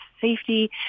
safety